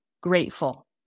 grateful